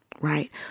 Right